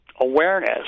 awareness